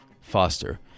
Foster